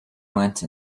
went